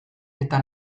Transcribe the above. eta